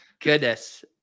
Goodness